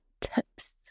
tips